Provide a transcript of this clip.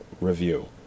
review